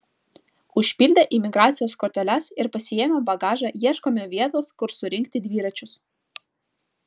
užpildę imigracijos korteles ir pasiėmę bagažą ieškome vietos kur surinkti dviračius